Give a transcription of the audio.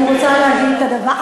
אני רוצה להגיד את הדבר,